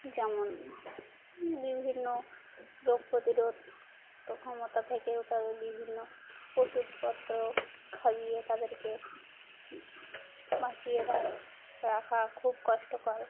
যেমন বিভিন্ন রোগ প্রতিরোধ তখন থেকেও তাদের বিভিন্ন ওষুধপত্র খাবিয়ে তাদেরকে বাঁচিয়ে থাকে রাখা খুব কষ্টকর